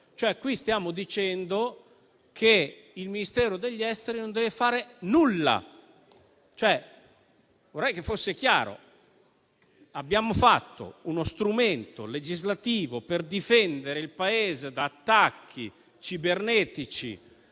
Qui stiamo dicendo che il Ministero degli affari esteri non deve fare nulla. Vorrei che fosse chiaro: abbiamo previsto uno strumento legislativo per difendere il Paese da attacchi cibernetici